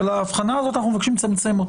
ואת ההבחנה הזאת אנחנו מבקשים לצמצם.